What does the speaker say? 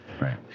right